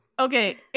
Okay